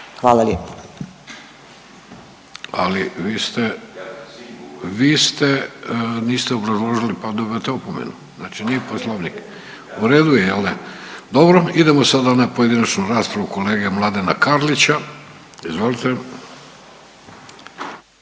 Ali vi ste, vi ste, niste obrazložili pa dobivate opomenu, znači nije Poslovnik. U redu je jel da? Dobro idemo sada na pojedinačnu raspravu kolege Mladena Karlića. Izvolite.